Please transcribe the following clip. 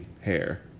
hair